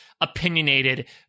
opinionated